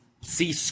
see